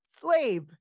slave